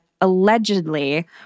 allegedly